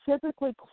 typically